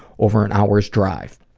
over an hour's drive.